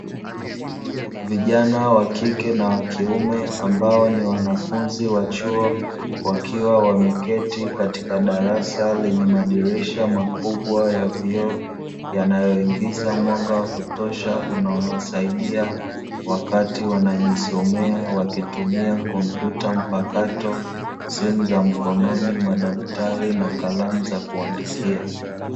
Vijana wa kike na wa kiume ambao ni wanafunzi wa chuo wakiwa wameketi katika darasa lenye madirisha makubwa ya vioo yanayoingiza mwanga wa kutosha unaowasaidia wakati wanajisomea wakitumia kompyuta mpakato, simu za mkononi, madaftari na kalamu za kuandikia.